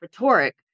rhetoric